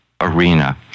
arena